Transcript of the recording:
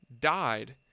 died